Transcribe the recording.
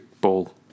ball